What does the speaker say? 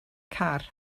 car